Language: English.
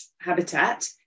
habitat